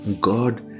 God